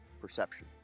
perception